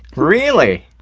really!